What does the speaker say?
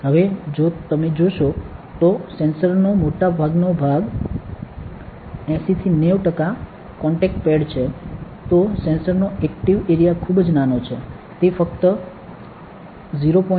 હવે જો તમે જોશો કે સેન્સરનો મોટાભાગનો ભાગ 80 થી 90 ટકા કોન્ટેક્ટ પેડ છે તો સેન્સરનો ઍક્ટિવ એરિયા ખૂબ જ નાનો છે તે ફક્ત 0